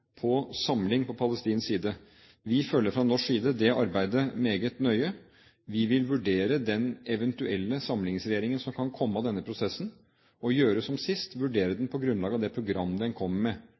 på samling på palestinsk side. Vi følger fra norsk side det arbeidet meget nøye, vi vil vurdere den eventuelle samlingsregjeringen som kan komme av denne prosessen og gjøre som sist: vurdere den på grunnlag av det program den kommer med,